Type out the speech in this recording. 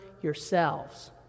yourselves